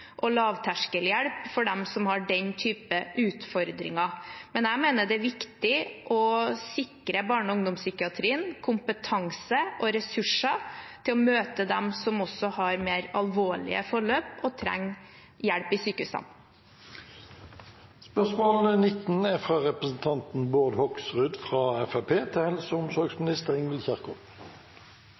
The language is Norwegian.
lavterskelhjelp. Men jeg mener det er viktig å sikre barne- og ungdomspsykiatrien kompetanse og ressurser til å møte dem som også har mer alvorlige forløp og trenger hjelp i sykehusene.